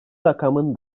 rakamın